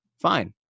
fine